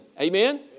Amen